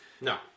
No